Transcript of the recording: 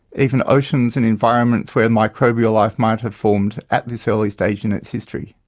even oceans and environments where microbial life might have formed at this early stage in its history.